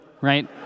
right